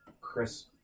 Chris